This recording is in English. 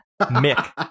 Mick